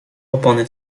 opony